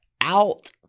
out